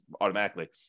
automatically